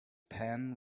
pan